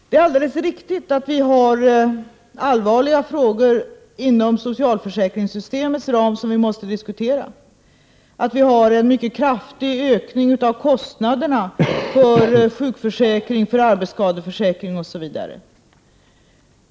Det är alldeles riktigt att vi har allvarliga frågor inom socialförsäkringssystemets ram som vi måste diskute ra, att vi har en mycket kraftig ökning av kostnaderna för sjukförsäkringen, för arbetsskadeförsäkringen osv.